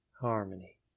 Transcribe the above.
harmony